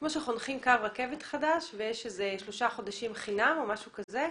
כמו שחונכים קו רכבת חדש ויש שלושה חודשים חינם או משהו כזה,